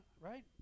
right